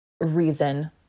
reason